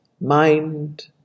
mind